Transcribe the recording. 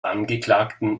angeklagten